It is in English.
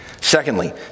Secondly